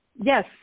Yes